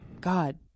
God